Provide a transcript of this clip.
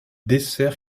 dessert